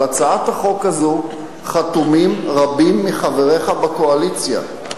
על הצעת החוק הזאת חתומים רבים מחבריך בקואליציה,